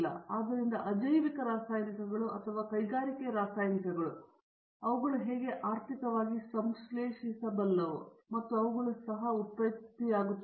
ಸರಿ ಆದ್ದರಿಂದ ಅಜೈವಿಕ ರಾಸಾಯನಿಕಗಳು ಅಥವಾ ಕೈಗಾರಿಕಾ ರಾಸಾಯನಿಕಗಳು ಅವುಗಳು ಹೇಗೆ ಆರ್ಥಿಕವಾಗಿ ಸಂಶ್ಲೇಷಿಸಬಲ್ಲವು ಮತ್ತು ಅವುಗಳು ಸಹ ಉತ್ಪತ್ತಿಯಾಗುತ್ತವೆ